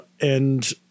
and-